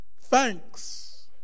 thanks